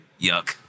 Yuck